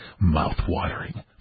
Mouth-watering